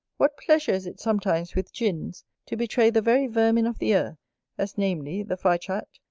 what pleasure is it sometimes with gins to betray the very vermin of the earth as namely, the fichat,